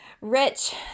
rich